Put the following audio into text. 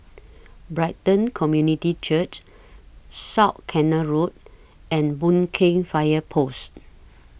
Brighton Community Church South Canal Road and Boon Keng Fire Post